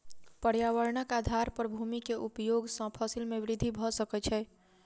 पर्यावरणक आधार पर भूमि के उपयोग सॅ फसिल में वृद्धि भ सकै छै